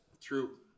True